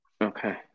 Okay